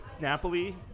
Napoli